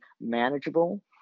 manageable